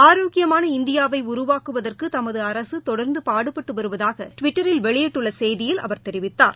ஆரோக்கியமான இந்தியாவைஉருவாக்குவதற்குதமதுஅரசுதொடர்ந்துபாடுபட்டுவருவதாகடுவிட்டரில் வெளியிட்டுள்ளசெய்தியில் அவர் தெரிவித்தார்